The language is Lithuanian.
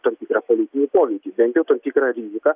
tam tikrą politinį poveikį bent jau tam tikrą riziką